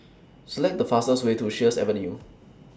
Select The fastest Way to Sheares Avenue